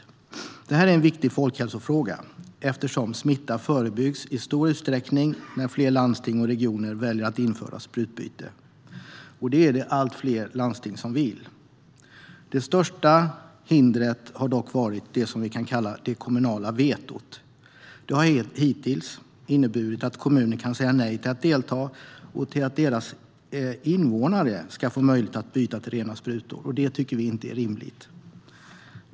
Sprututbyte är en viktig folkhälsofråga eftersom smitta förebyggs i stor utsträckning när fler landsting och regioner väljer att införa sprututbyte - och det är allt fler landsting som vill. Det största hindret har varit det kommunala vetot. Det har hittills inneburit att kommuner kan säga nej till att delta och till att deras invånare ska få möjlighet att byta till rena sprutor. Det tycker vi inte är rimligt.